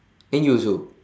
then you also